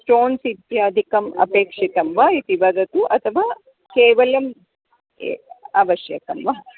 stones इत्यादिकम् अपेक्षितं वा इति वदतु अथवा केवलम् ए आवश्यकं वा